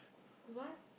what